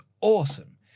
awesome